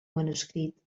manuscrit